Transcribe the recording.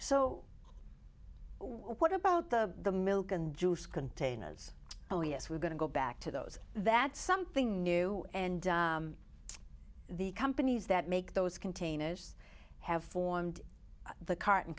so what about the milk and juice containers oh yes we're going to go back to those that something new and the companies that make those containers have formed the carton